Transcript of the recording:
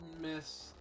miss